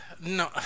No